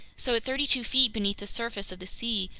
so at thirty-two feet beneath the surface of the sea,